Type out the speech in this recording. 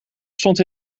stond